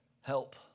help